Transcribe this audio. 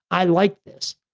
i like this.